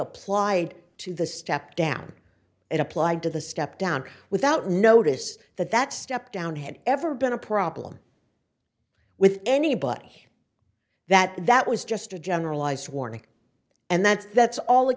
applied to the step down and applied to the step down without notice that that step down had ever been a problem with anybody that that was just a generalized warning and that's that's all it